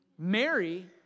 Mary